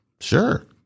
Sure